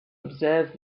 observe